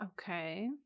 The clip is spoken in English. Okay